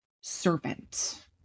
servant